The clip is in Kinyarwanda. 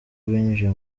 binjiye